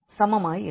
சமமாயிருக்கும்